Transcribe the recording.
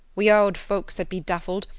we aud folks that be daffled,